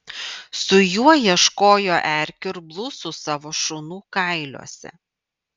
su juo ieškojo erkių ir blusų savo šunų kailiuose